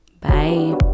Bye